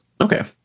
Okay